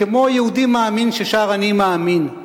כמו יהודי מאמין ששר "אני מאמין",